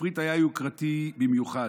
התפריט היה יוקרתי במיוחד.